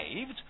saved